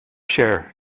share